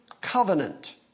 covenant